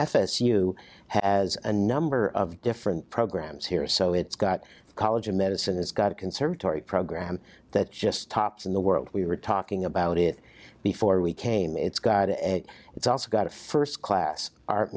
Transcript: u has a number of different programs here so it's got college of medicine it's got a conservatory program that just tops in the world we were talking about it before we came it's guide and it's also got a first class art